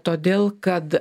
todėl kad